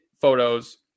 photos